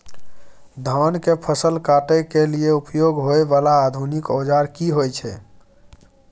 धान के फसल काटय के लिए उपयोग होय वाला आधुनिक औजार की होय छै?